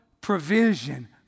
provision